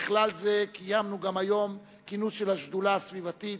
בכלל זה קיימנו היום כינוס של השדולה הסביבתית,